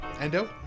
Endo